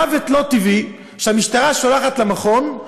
מוות לא טבעי שהמשטרה שולחת למכון,